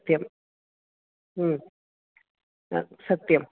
सत्यम् सत्यम्